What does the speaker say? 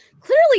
Clearly